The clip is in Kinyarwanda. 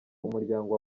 umuryango